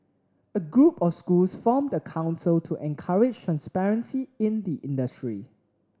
a group of schools formed a council to encourage transparency in the industry